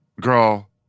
Girl